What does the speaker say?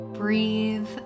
Breathe